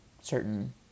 certain